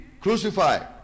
crucify